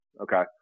Okay